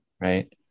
right